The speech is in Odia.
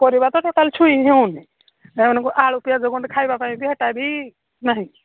ପରିବା ତ ଟୋଟାଲ ଛୁଇଁ ହେଉନି ଏମାନଙ୍କୁ ଆଳୁ ପିଆଜ ଗଣ୍ଡେ ଖାଇବା ପାଇଁ ବି ହେଟା ବି ନାହିଁ